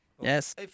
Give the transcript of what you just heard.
yes